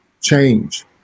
change